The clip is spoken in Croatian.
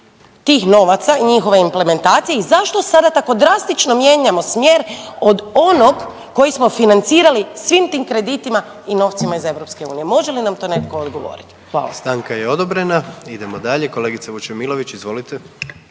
tih novaca i njihove implementacije i zašto sada tako drastično mijenjamo smjer od onog kojeg smo financirali svim tim kreditima i novcima iz EU. Može li nam to netko odgovoriti? Hvala. **Jandroković, Gordan (HDZ)** Stanka je odobrena. Idemo dalje. Kolegice Vučemilović, izvolite.